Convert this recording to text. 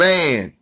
Man